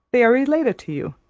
they are related to you,